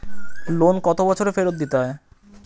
Loan কত বছরে ফেরত দিতে হয়?